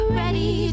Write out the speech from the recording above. ready